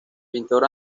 pintor